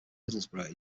middlesbrough